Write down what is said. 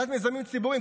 ועדת מיזמים ציבוריים,